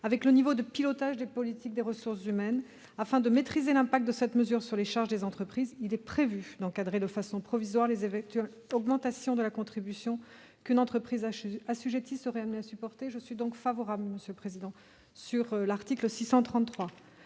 avec le niveau de pilotage des politiques des ressources humaines. Afin de maîtriser l'effet de cette mesure sur les charges des entreprises, il est prévu d'encadrer de façon provisoire les éventuelles augmentations de la contribution qu'une entreprise assujettie serait amenée à supporter. Le Gouvernement est en revanche